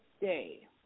Day